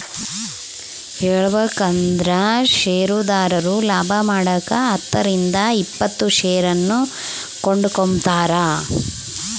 ಹೇಳಬೇಕಂದ್ರ ಷೇರುದಾರರು ಲಾಭಮಾಡಕ ಹತ್ತರಿಂದ ಇಪ್ಪತ್ತು ಷೇರನ್ನು ಕೊಂಡುಕೊಂಬ್ತಾರ